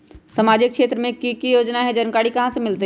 सामाजिक क्षेत्र मे कि की योजना है जानकारी कहाँ से मिलतै?